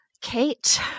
Kate